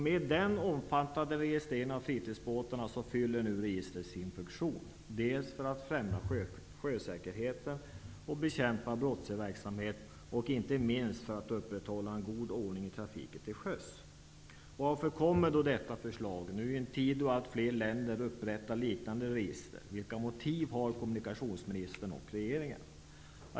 Med den omfattande registreringen av fritidsbåtarna fyller registret nu sin funktion, dels för att man skall främja sjösäkerheten och bekämpa brottslig verksamhet, dels, och inte minst, för att man skall upprätthålla en god ordning i trafiken till sjöss. Varför kommer då detta förslag nu, i en tid då allt fler länder upprättar liknande register? Vilka motiv har kommunikationsministern och regeringen?